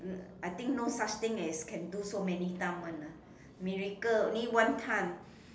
mm I think no such thing as can do so many time one lah miracle only one time